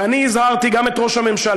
ואני הזהרתי גם את ראש הממשלה,